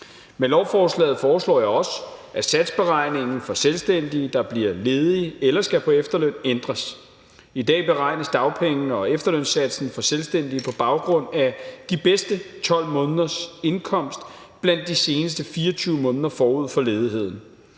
Med lovforslaget foreslår jeg også, at satsberegningen for selvstændige, der bliver ledige eller skal på efterløn, ændres. I dag beregnes dagpengene og efterlønssatsen for selvstændige på baggrund af de bedste 12 måneders indkomst blandt de seneste 24 måneder forud for ledigheden.